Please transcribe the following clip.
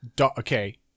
Okay